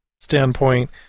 standpoint